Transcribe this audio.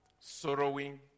sorrowing